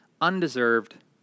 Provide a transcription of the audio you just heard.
undeserved